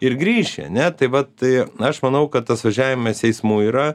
ir grįši ane tai vat tai aš manau kad tas važiavimas eismu yra